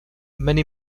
many